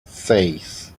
seis